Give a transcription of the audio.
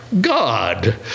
God